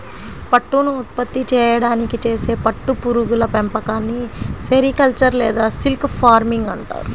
పట్టును ఉత్పత్తి చేయడానికి చేసే పట్టు పురుగుల పెంపకాన్ని సెరికల్చర్ లేదా సిల్క్ ఫార్మింగ్ అంటారు